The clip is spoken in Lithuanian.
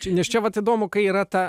čia nes čia vat įdomu kai yra ta